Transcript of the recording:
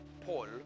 Paul